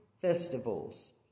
festivals